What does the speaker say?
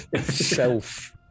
self